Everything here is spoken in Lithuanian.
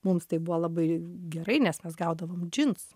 mums tai buvo labai gerai nes mes gaudavom džinsų